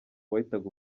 wahitaga